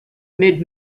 mid